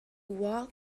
walk